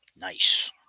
Nice